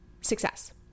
success